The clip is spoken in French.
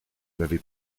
n’avez